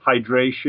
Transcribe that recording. hydration